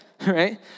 right